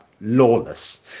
lawless